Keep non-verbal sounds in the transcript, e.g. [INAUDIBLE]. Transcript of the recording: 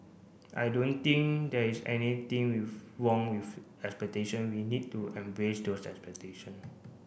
I don't think there is anything [UNINTELLIGIBLE] wrong with expectation we need to embrace those expectation